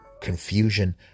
confusion